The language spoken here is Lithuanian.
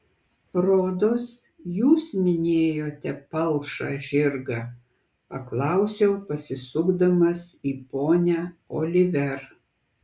rodos jūs minėjote palšą žirgą paklausiau pasisukdamas į ponią oliver